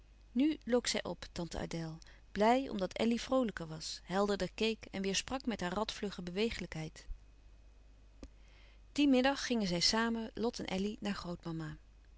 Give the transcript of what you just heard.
nu look zij op tante adèle blij omdat elly vroolijker was helderder keek en weêr sprak met haar radvlugge bewegelijkheid louis couperus van oude menschen de dingen die voorbij gaan dien middag gingen zij samen lot en elly naar